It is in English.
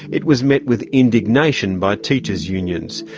it was met with indignation by teachers unions.